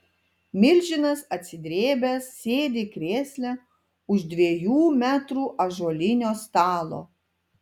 milžinas atsidrėbęs sėdi krėsle už dviejų metrų ąžuolinio stalo